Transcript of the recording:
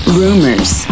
rumors